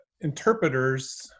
interpreters